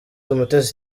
umutesi